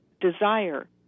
desire